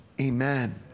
amen